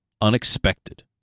unexpected